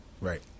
Right